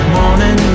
morning